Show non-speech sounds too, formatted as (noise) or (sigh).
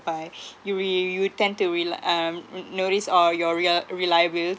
buy (breath) you you you you tend to rely um mm notice or your real reliability